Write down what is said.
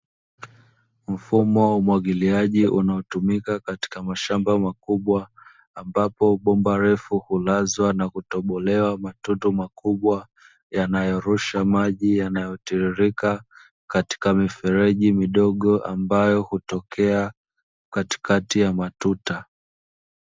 Mfumo wa umwagiliaji unaotumika katika mashamba makubwa, ambapo bomba refu hulazwa na kutobolewa maundu makubwa yanayorusha maji yanayotiririka katika mifereji midogo ambayo hutokea katikati ya matuta.